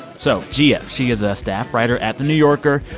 so jia she is a staff writer at the new yorker,